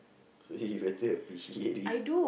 so you better appreciate it